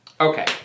Okay